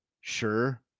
sure